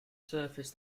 surface